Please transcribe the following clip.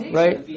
right